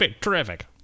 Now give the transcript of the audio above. terrific